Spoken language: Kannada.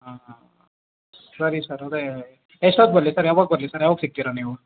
ಹಾಂ ಹಾಂ ಹಾಂ ಸರಿ ಸರ್ ಅದೇ ಎಷ್ಟೊತ್ಗೆ ಬರಲಿ ಸರ್ ಯಾವಾಗ ಬರಲಿ ಸರ್ ಯಾವಾಗ ಸಿಗ್ತೀರಾ ನೀವು